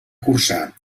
cursar